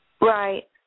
right